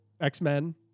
X-Men